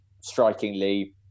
strikingly